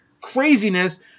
craziness